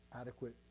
adequate